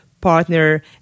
partner